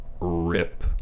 rip